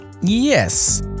Yes